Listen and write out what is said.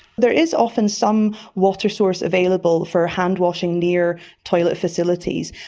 there is often some water source available for hand washing near toilet facilities,